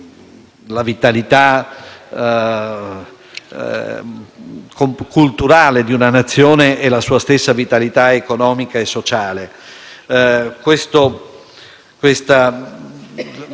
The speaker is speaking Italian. la vitalità culturale di una Nazione e la sua stessa vitalità economica e sociale.